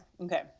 okay